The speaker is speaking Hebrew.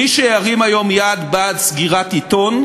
מי שירים היום יד בעד סגירת עיתון,